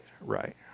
right